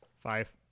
five